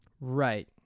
Right